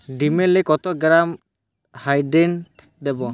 ডিস্মেলে কত gram Dithane দেবো?